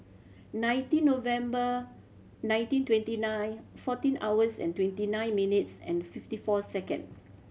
nineteen November nineteen twenty nine fourteen hours and twenty nine minutes and fifty four second